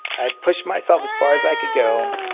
i pushed myself as far as i could go.